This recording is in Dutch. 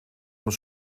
mijn